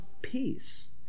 peace